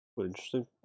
interesting